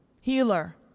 healer